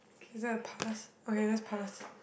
is there a pass okay let's pass